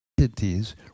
entities